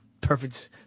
perfect